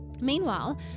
Meanwhile